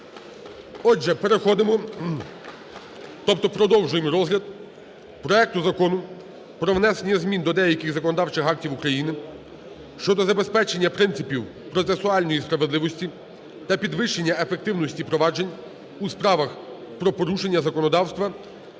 Отже переходимо, тобто продовжуємо розгляд проекту Закону про внесення змін до деяких законодавчих актів України щодо забезпечення принципів процесуальної справедливості та підвищення ефективності проваджень у справах про порушення законодавства